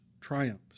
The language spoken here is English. triumphs